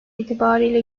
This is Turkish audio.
itibarıyla